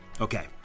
Okay